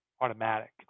automatic